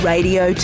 Radio